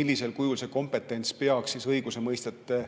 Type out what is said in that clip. millisel kujul see kompetents peaks õigusemõistjate